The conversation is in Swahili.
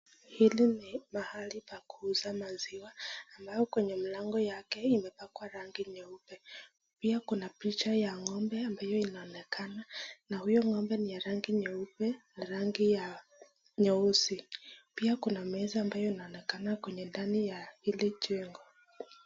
Hili ni mahali pa kuuza maziwa ambayo kwenye mlango yake, imepakwa rangi nyeupe pia kuna picha ya ngombe ambayo inaonekana. Na huyo ngombe ni ya rangi nyeupe na rangi ya nyeusi pia kuna meza ambayo inaonekana kwenye ndani ya hili jengo.